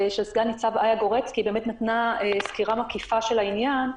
כשסגן-ניצב איה גורצקי נתנה סקירה מקיפה של העניין,